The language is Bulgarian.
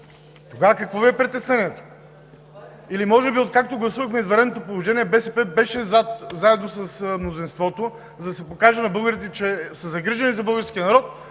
Тогава какво Ви е притеснението? (Реплики.) Или може би, откакто гласувахме извънредното положение, БСП беше заедно с мнозинството, за да се покаже на българите, че са загрижени за българския народ.